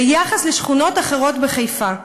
בהשוואה לשכונות אחרות בחיפה.